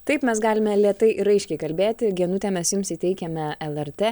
taip mes galime lėtai ir raiškiai kalbėti genute mes jums įteikiame lrt